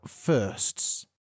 firsts